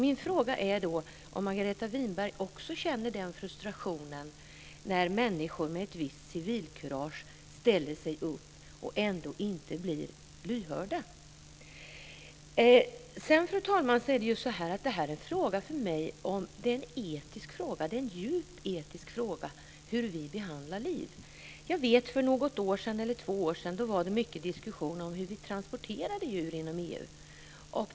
Min fråga är om Margareta Winberg också känner den här frustrationen när människor med ett visst civilkurage ställer sig upp och inte blir hörda. Fru talman! För mig är det här en djupt etisk fråga. Den handlar om hur vi behandlar liv. För något eller ett par år sedan var det mycket diskussion om hur vi transporterade djur inom EU.